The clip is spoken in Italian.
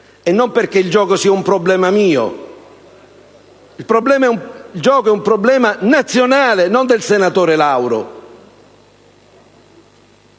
(e non perché il gioco sia un problema mio: il gioco è un problema nazionale, non del senatore Lauro!),